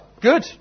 Good